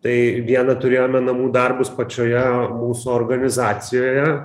tai viena turėjome namų darbus pačioje mūsų organizacijoje